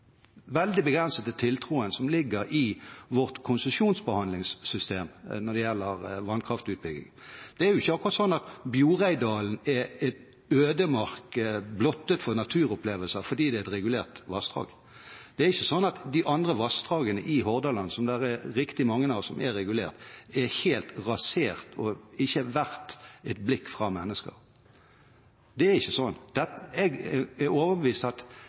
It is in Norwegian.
til vårt konsesjonsbehandlingssystem når det gjelder vannkraftutbygging. Det er jo ikke akkurat sånn at Bjoreidalen er ødemark blottet for naturopplevelser fordi det er et regulert vassdrag. Det er ikke sånn at de andre vassdragene i Hordaland, der riktig mange er regulert, er helt rasert og ikke verdt et blikk fra mennesker. Det er ikke sånn. Jeg er overbevist om at